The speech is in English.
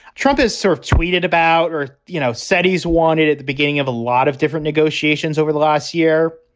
trump has sort of tweeted about or, you know, said he's wanted at the beginning of a lot of different negotiations over the last year.